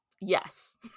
Yes